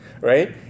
right